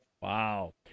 Wow